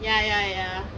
ya ya ya